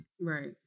Right